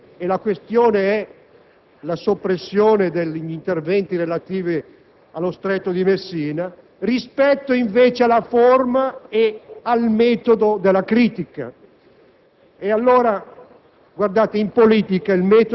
si dimentica il merito della questione, la soppressione degli interventi relativi allo Stretto di Messina, rispetto invece alla forma e al metodo della critica.